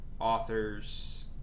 authors